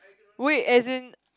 wait as in